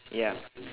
ya